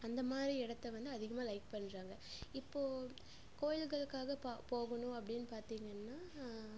அந்த மாதிரி இடத்த வந்து அதிகமாக லைக் பண்ணுறாங்க இப்போது கோயில்களுக்காக பா போகணும் அப்படினு பார்த்திங்கனா